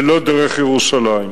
ולא דרך ירושלים.